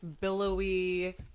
billowy